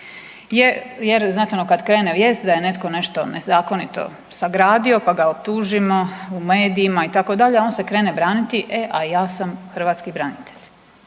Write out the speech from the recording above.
Jer znate ono kad krene vijest da je netko nešto nezakonito sagradio pa ga optužimo u medijima itd. on se krene braniti, a ja sam hrvatski branitelj.